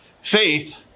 Faith